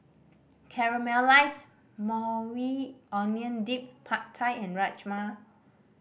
Caramelized Maui Onion Dip Pad Thai and Rajma